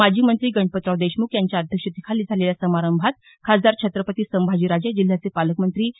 माजी मंत्री गणपतराव देशमुख यांच्या अध्यक्षतेखाली झालेल्या समारंभात खासदार छत्रपती संभाजीराजे जिल्ह्याचे पालकमंत्री प्रा